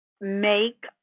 make